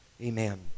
Amen